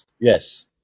Yes